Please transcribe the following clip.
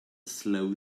slow